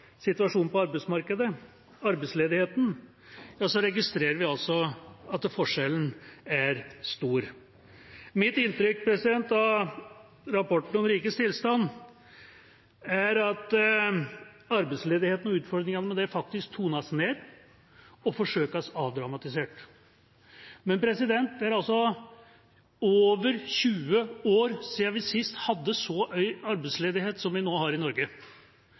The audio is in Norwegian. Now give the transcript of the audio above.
situasjonen på arbeidsmarkedet, arbeidsledigheten, registrerer vi at forskjellen er stor. Mitt inntrykk av rapporten om rikets tilstand er at arbeidsledigheten og utfordringene med den faktisk tones ned og forsøkes avdramatisert. Men det er over 20 år siden vi sist hadde så høy arbeidsledighet som vi nå har i Norge,